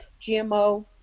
GMO